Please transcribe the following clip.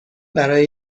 برای